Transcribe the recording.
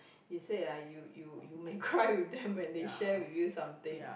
he say ah you you you may cry with them when they share with you something